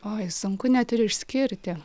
oi sunku net ir išskirti